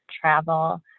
travel